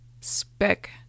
spec